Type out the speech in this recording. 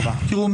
194. תראו,